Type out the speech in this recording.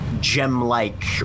gem-like